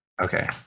Okay